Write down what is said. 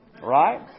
Right